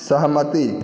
सहमति